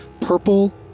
purple